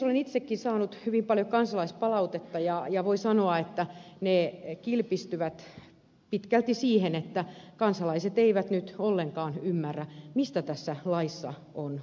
olen itsekin saanut hyvin paljon kansalaispalautetta ja voi sanoa että ne kilpistyvät pitkälti siihen että kansalaiset eivät nyt ollenkaan ymmärrä mistä tässä laissa on kysymys